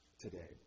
today